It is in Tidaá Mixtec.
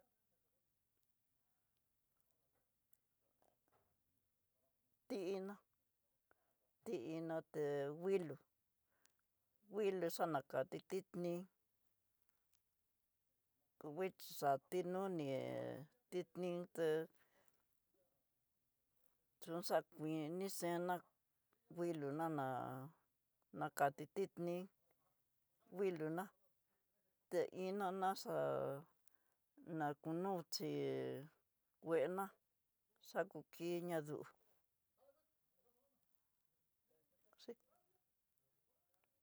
Ti'iná, té iná té wuilú, wuilú xanakati tidní kuwuixhi xatí noní tinint'é tó xakuiní cena wuilo naná nakatí tidní wuilo ná té iná naxá'a na kú noxhí guena xakukiniá ndú asi.